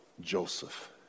Joseph